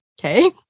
okay